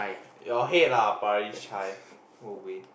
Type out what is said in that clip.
your head lah Paris Chai go away